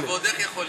ועוד איך יכול להיות.